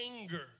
anger